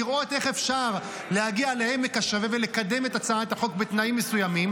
לראות איך אפשר להגיע לעמק השווה ולקדם את הצעת החוק בתנאים מסוימים,